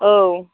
औ